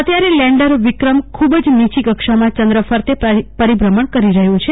અત્યાર લેન્ડર વિક્રમ ખુબ જ નીચી કક્ષામાં ચં દ્ર ફરતે પરિભ્રમણ કરી રહયું છે